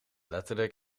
letterlijk